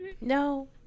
no